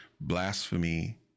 blasphemy